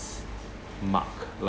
mark like